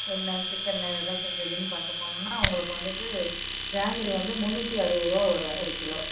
எண்ணெய் செக்கு எண்ணெயில் செஞ்சதுன்னு பார்க்கப்போனோம்னா உங்களுக்கு வந்துவிட்டு ஜாங்கிரி வந்து முன்னூற்றி அறுபதுரூவா வரும் ஒரு கிலோ